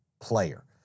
player